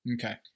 Okay